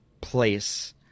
place